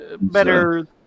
better